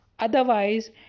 Otherwise